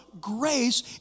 grace